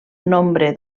nombre